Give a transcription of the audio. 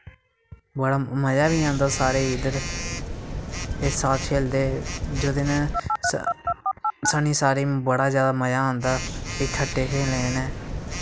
बड़ा मज़ा बी आंदा सारें गी इद्धर इक साथ खेलदे जिस दिन सा सानू सारें बड़ा ज्यादा मज़ा आंदा फ्ही कट्ठे खेलने कन्नै